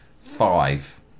five